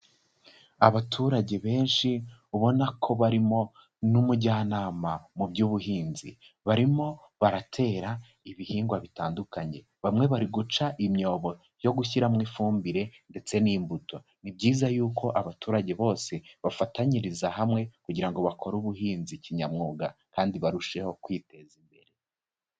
Abaturage benshi ubona ko barimo n'umujyanama mu by'ubuhinzi, barimo baratera ibihingwa bitandukanye bamwe bari guca imyobo yo gushyiramo ifumbire ndetse n'imbuto. Ni byiza yuko abaturage bose bafatanyiriza hamwe kugira ngo bakore ubuhinzi kinyamwuga kandi barusheho kwiteza imbere.